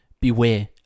Beware